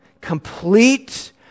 Complete